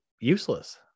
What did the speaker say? useless